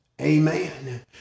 Amen